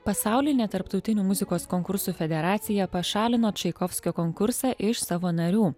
pasaulinė tarptautinių muzikos konkursų federacija pašalino čaikovskio konkursą iš savo narių